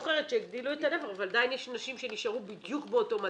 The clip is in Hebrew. אבל עדיין יש נשים שנשארו בדיוק באותו מצב,